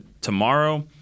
tomorrow